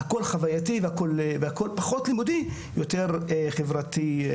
הכול פחות לימודי, יותר חברתי-חוויתי.